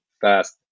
fast